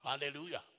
Hallelujah